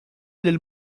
lil